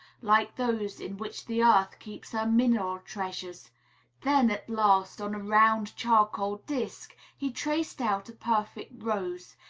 like those in which the earth keeps her mineral treasures then, at last, on a round charcoal disk, he traced out a perfect rose,